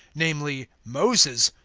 namely moses,